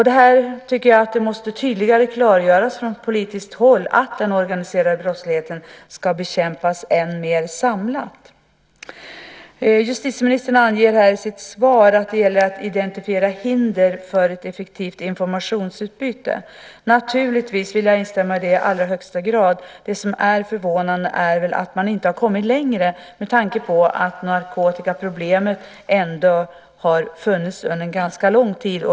Jag tycker att det måste göras tydligare från politiskt håll att den organiserade brottsligheten ska bekämpas än mer samlat. Justitieministern anger i sitt svar att det gäller att identifiera hinder för ett effektivt informationsutbyte. Naturligtvis vill jag instämma i det i allra högsta grad. Det som är förvånande är väl att man inte har kommit längre med tanke på att narkotikaproblemet ändå har funnits under ganska lång tid.